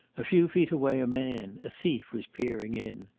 a few feet away a man, a thief, was peering in.